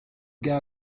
got